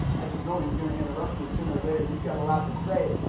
i just know he's going to interrupt me sooner or later. he's got a lot to say.